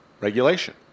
regulation